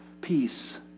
peace